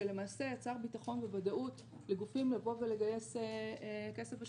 שלמעשה יצר ביטחון וודאות לגופים לבוא ולגייס כסף בשוק.